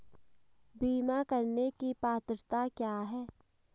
बीमा करने की पात्रता क्या है?